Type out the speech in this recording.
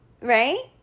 right